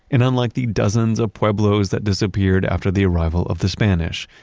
and unlike the dozens of pueblos that disappeared after the arrival of the spanish,